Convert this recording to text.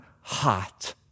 hot